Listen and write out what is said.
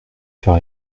fait